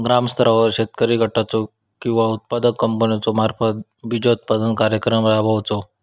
ग्रामस्तरावर शेतकरी गटाचो किंवा उत्पादक कंपन्याचो मार्फत बिजोत्पादन कार्यक्रम राबायचो?